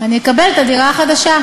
אני אקבל את הדירה החדשה.